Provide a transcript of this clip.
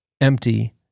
empty